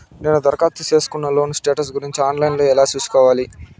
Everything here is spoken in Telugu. నేను దరఖాస్తు సేసుకున్న లోను స్టేటస్ గురించి ఆన్ లైను లో ఎలా సూసుకోవాలి?